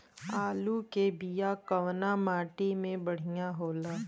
आलू के बिया कवना माटी मे बढ़ियां होला?